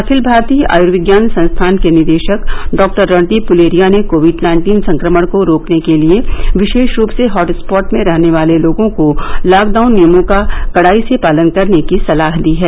अखिल भारतीय आयर्विज्ञान संस्थान के निदेशक डॉक्टर रणदीप गलेरिया ने कोविड नाइन्टीन संक्रमण को रोकने के लिए विशेष रूप से हॉटस्पॉट में रहने वाले लोगों को लॉकडाउन नियमों का कडाई से पालन करने की सलाह दी है